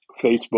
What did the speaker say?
Facebook